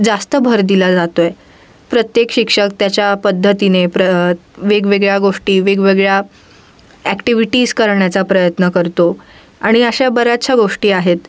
जास्त भर दिला जातो आहे प्रत्येक शिक्षक त्याच्या पद्धतीने प्र वेगवेगळ्या गोष्टी वेगवेगळ्या ॲक्टिव्हिटीज करण्याचा प्रयत्न करतो आणि अशा बऱ्याचशा गोष्टी आहेत